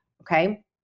Okay